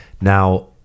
Now